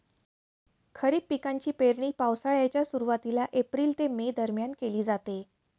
खरीप पिकांची पेरणी पावसाळ्याच्या सुरुवातीला एप्रिल ते मे दरम्यान केली जाते